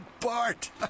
Bart